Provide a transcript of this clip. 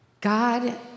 God